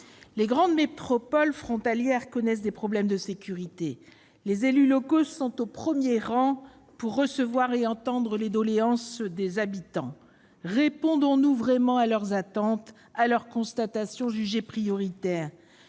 Les grandes métropoles frontalières connaissent des problèmes de sécurité, et les élus locaux sont en première ligne pour recevoir et entendre les doléances des habitants. Répondons-nous vraiment à leurs attentes, à leurs constatations jugées prioritaires